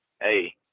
hey